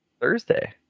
Thursday